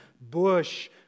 bush